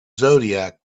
zodiac